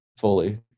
fully